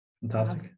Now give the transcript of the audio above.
fantastic